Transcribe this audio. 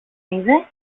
είδε